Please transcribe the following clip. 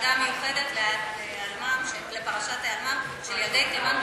לוועדה המיוחדת לפרשת היעלמותם של ילדי תימן,